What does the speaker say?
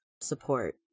support